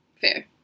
Fair